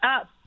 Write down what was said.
up